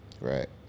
Right